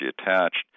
attached